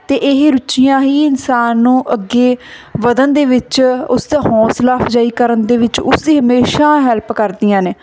ਅਤੇ ਇਹ ਰੁਚੀਆਂ ਹੀ ਇਨਸਾਨ ਨੂੰ ਅੱਗੇ ਵਧਣ ਦੇ ਵਿੱਚ ਉਸ ਦਾ ਹੌਂਸਲਾ ਅਫਜਾਈ ਕਰਨ ਦੇ ਵਿੱਚ ਉਸਦੀ ਹਮੇਸ਼ਾ ਹੈਲਪ ਕਰਦੀਆਂ ਨੇ